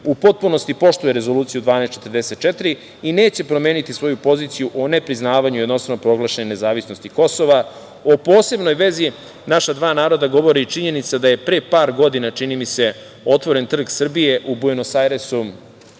U potpunosti poštuje Rezoluciju 1244 i neće promeniti svoju poziciju o nepriznavanju jednostrano proglašene nezavisnosti Kosova.O posebnoj vezi naša dva naroda govori i činjenica da je pre par godina, čini mi se, otvoren trg Srbije u Buenos Airesu.